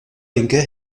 linke